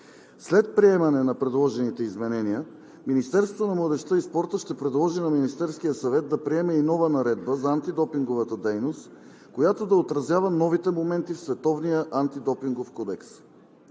След приемане на предложените изменения Министерството на младежта и спорта ще предложи на Министерския съвет да приеме и нова наредба за антидопинговата дейност, която да отразява новите моменти в Световния антидопингов кодекс.